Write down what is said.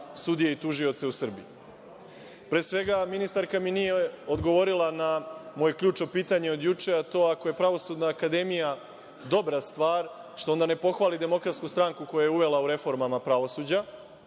sudije i tužioce u Srbiji. Pre svega, ministarka mi nije odgovorila na moje ključno pitanje od juče, a to je ako je Pravosudna akademija dobra stvar, što onda ne pohvali DS koja ju je uvela u reformama pravosuđa?